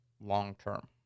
long-term